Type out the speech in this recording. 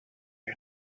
you